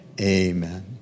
amen